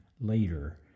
later